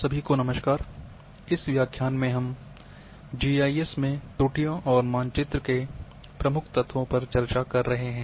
सभी को नमस्कार इस व्याख्यान में हम जीआईएस में त्रुटियों और मानचित्र के प्रमुख तत्वों पर चर्चा कर रहे हैं